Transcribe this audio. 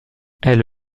elle